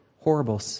horrible